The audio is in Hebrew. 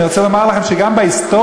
אני רוצה לומר לכם שגם בהיסטוריה,